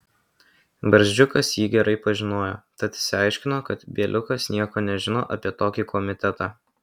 barzdžiukas jį gerai pažinojo tad išsiaiškino kad bieliukas nieko nežino apie tokį komitetą